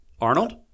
Arnold